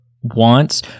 wants